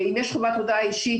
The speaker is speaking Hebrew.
אם יש חובת הודעה אישית,